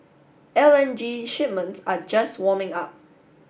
L N G shipments are just warming up